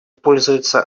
пользуются